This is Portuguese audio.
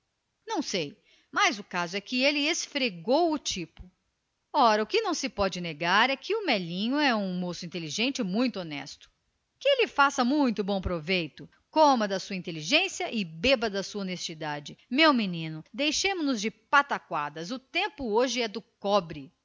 não sei o caso é que esfregou o tipo sim mas o que não se pode negar é que o melinho é um rapaz inteligente e honesto a toda a prova que lhe faça muito bom proveito coma agora da sua inteligência e beba da sua honestidade meu menino deixemo-nos de patacoadas o tempo hoje é de cobre